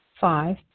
Five